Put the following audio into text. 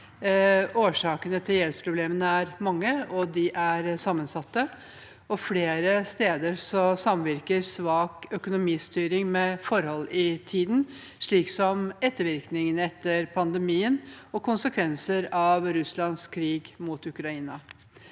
Årsakene til gjeldsproblemene er mange og sammensatte, og flere steder samvirker svak økonomistyring med forhold i tiden, slik som ettervirkningene etter pandemien og konsekvenser av Russlands krig mot Ukraina.